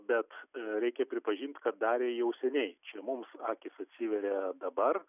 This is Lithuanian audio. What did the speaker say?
bet reikia pripažint kad davė jau seniai čia mums akys atsiveria dabar